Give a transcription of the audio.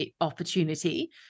opportunity